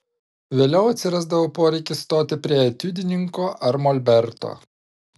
vėliau atsirasdavo poreikis stoti prie etiudininko ar molberto